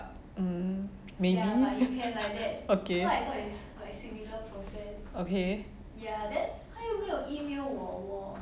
um maybe okay okay